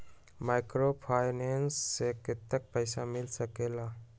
Microfinance से कतेक पैसा मिल सकले ला?